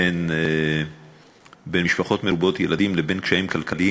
בין משפחות מרובות ילדים לבין קשיים כלכליים,